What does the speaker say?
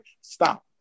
stop